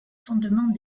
fondements